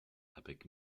epic